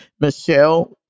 Michelle